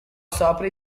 sopra